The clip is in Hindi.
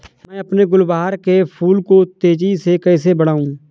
मैं अपने गुलवहार के फूल को तेजी से कैसे बढाऊं?